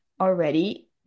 already